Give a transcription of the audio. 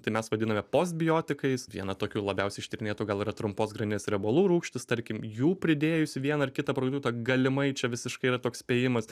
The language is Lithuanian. tai mes vadiname postbiotikais viena tokių labiausiai ištyrinėtų gal yra trumpos grandinės riebalų rūgštys tarkim jų pridėjus į vieną ar kitą produktą galimai čia visiškai yra toks spėjimas